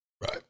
Right